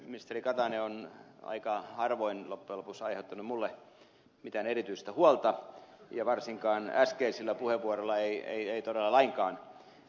ministeri katainen on aika harvoin loppujen lopuksi aiheuttanut minulle mitään erityistä huolta ja varsinkaan äskeisellä puheenvuorolla ei todella lainkaan